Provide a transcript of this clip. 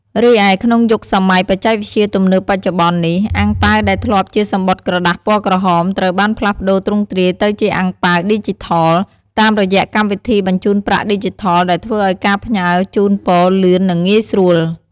រីឯក្នុងយុគសម័យបច្ចេកវិទ្យាទំនើបបច្ចុប្បន្ននេះ អាំងប៉ាវដែលធ្លាប់ជាសំបុត្រក្រដាសពណ៌ក្រហមត្រូវបានផ្លាស់ប្ដូរទ្រង់ទ្រាយទៅជាអាំងប៉ាវឌីជីថល តាមរយៈកម្មវិធីបញ្ចូនប្រាក់ឌីជីថលដែលធ្វើឲ្យការផ្ញើជូនពរលឿន និងងាយស្រួល។